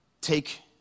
take